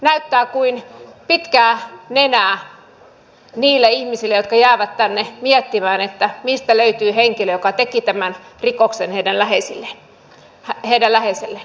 näyttää kuin pitkää nenää niille ihmisille jotka jäävät tänne miettimään mistä löytyy henkilö joka teki tämän rikoksen heidän läheiselleen